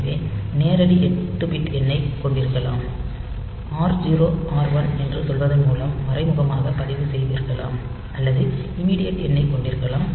எனவே நேரடி 8 பிட் எண்ணைக் கொண்டிருக்கலாம் R0 R1 என்று சொல்வதன் மூலம் மறைமுகமாக பதிவு செய்திருக்கலாம் அல்லது இமிடியட் எண்ணைக் கொண்டிருக்கலாம்